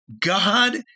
God